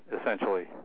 essentially